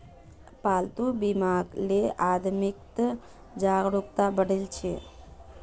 पालतू बीमाक ले आदमीत जागरूकता बढ़ील छ